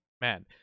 Man